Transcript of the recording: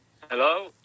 hello